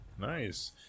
Nice